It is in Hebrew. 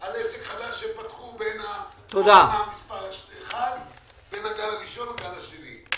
על עסק חדש שפתחו בין הגל הראשון לגל השני.